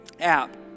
app